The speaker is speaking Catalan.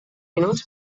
minuts